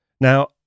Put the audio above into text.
Now